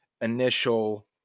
initial